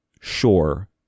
sure